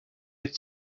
had